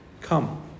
come